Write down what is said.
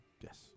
Yes